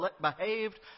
behaved